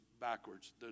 backwards